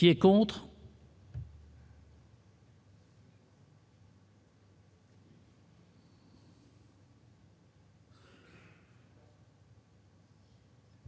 Qui est contre.